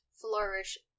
flourish